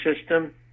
system